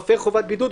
מפר חובת בידוד,